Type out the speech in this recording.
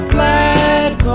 Black